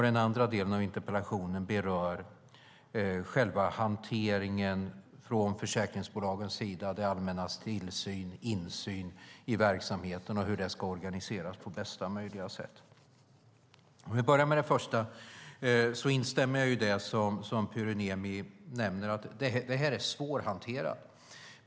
Den andra delen av interpellationen berör själva hanteringen från försäkringsbolagens sida, det allmännas tillsyn och insyn i verksamheten och hur detta ska organiseras på bästa möjliga sätt. Om vi börjar med det första instämmer jag i det som Pyry Niemi nämner: Detta är svårhanterat.